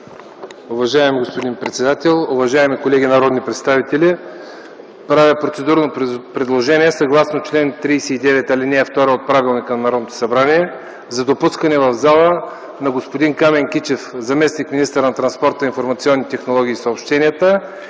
Уважаеми господин председател, уважаеми колеги народни представители! Правя процедурно предложение, съгласно чл. 39, ал. 2 от Правилника на Народното събрание, за допускане в зала на господин Камен Кичев – заместник-министър на транспорта, информационните технологии и съобщенията